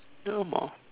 even more